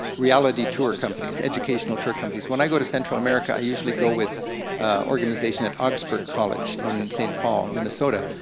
reality tour companies, educational tour companies. when i go to central america i usually go with organization at augsburg college, in st. paul, minnesota,